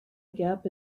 gap